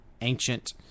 ancient